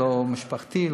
לא משפחתי,